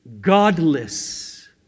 godless